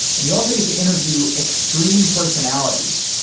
and you also get to interview extreme personalities.